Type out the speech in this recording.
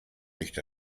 nicht